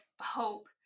hope